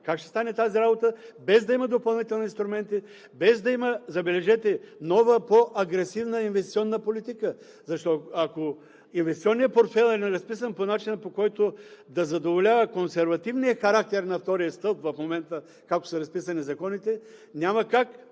как ще стане тази работа, без да има допълнителни инструменти, без да има, забележете, нова по агресивна инвестиционна политика? Ако инвестиционният портфейл не е разписан по начина, по който да задоволява консервативния характер на втория стълб в момента, както са разписани законите, няма как